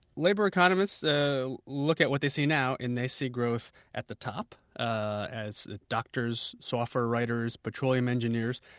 labor economists look at what they see now, and they see growth at the top ah as the doctors, software writers, petroleum engineers.